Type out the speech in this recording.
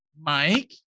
Mike